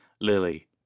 Lily